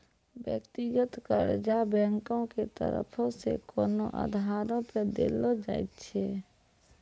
व्यक्तिगत कर्जा बैंको के तरफो से कोनो आधारो पे देलो जाय छै